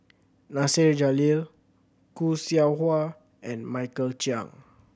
Nasir Jalil Khoo Seow Hwa and Michael Chiang